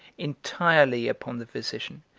entirely upon the physician,